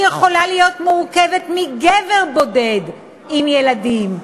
היא יכולה להיות מורכבת מגבר בודד עם ילדים,